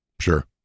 Sure